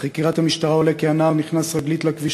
מחקירת המשטרה עולה כי הנער נכנס רגלית לכביש